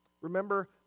Remember